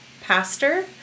pastor